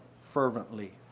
fervently